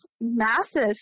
massive